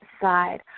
side